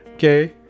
Okay